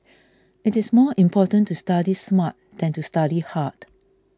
it is more important to study smart than to study hard